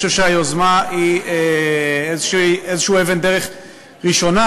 אני חושב שהיוזמה היא איזושהי אבן דרך ראשונה,